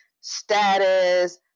status